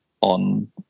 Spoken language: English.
on